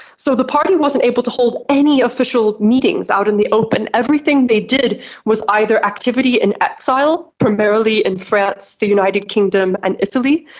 so the party wasn't able to hold any official meetings out in the open. everything they did was either activity in exile, primarily in france, the united kingdom and italy,